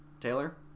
Taylor